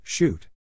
Shoot